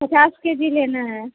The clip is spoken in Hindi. पचास के जी लेना है